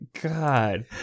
god